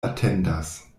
atendas